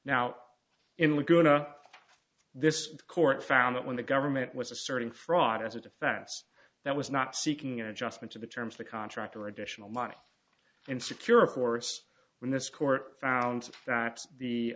now in laguna this court found that when the government was asserting fraud as a defense that was not seeking adjustment to the terms the contractor additional money and secure of course when this court found that the